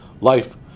Life